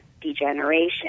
degeneration